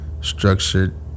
Structured